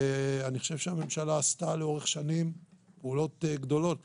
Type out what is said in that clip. ואני חושב שהממשלה עשתה לאורך שנים פעולות גדולות.